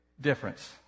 difference